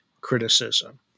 criticism